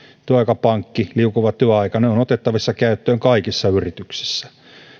työaikapankki liukuva työaika ovat otettavissa käyttöön kaikissa yrityksissä